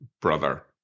brother